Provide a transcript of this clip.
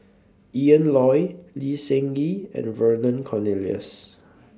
Ian Loy Lee Seng Gee and Vernon Cornelius